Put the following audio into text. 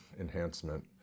enhancement